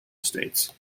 estates